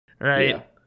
right